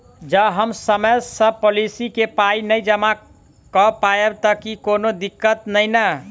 जँ हम समय सअ पोलिसी केँ पाई नै जमा कऽ पायब तऽ की कोनो दिक्कत नै नै?